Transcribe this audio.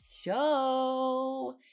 Show